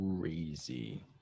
crazy